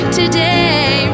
today